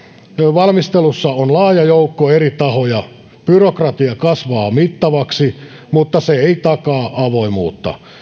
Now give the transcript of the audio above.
valmistelussa on laaja joukko eri tahoja byrokratia kasvaa mittavaksi mutta se ei takaa avoimuutta